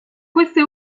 queste